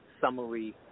summary